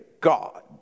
God